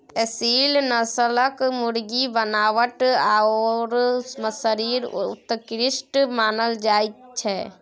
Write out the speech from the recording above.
एसील नस्लक मुर्गीक बनावट आओर शरीर उत्कृष्ट मानल जाइत छै